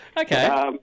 Okay